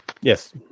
yes